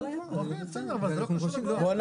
אז